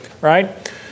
right